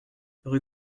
rue